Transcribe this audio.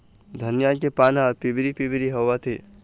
धनिया के पान हर पिवरी पीवरी होवथे?